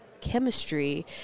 chemistry